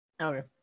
okay